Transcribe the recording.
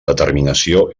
determinació